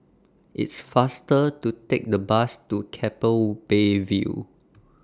IT IS faster to Take The Bus to Keppel Bay View